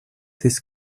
this